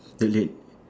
again